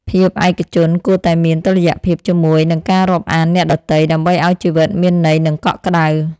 ភាពឯកជនគួរតែមានតុល្យភាពជាមួយនឹងការរាប់អានអ្នកដទៃ ដើម្បីឱ្យជីវិតមានន័យនិងកក់ក្តៅ។